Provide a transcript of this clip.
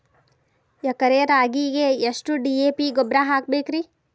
ಎಕರೆ ರಾಗಿಗೆ ಎಷ್ಟು ಡಿ.ಎ.ಪಿ ಗೊಬ್ರಾ ಹಾಕಬೇಕ್ರಿ?